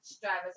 drivers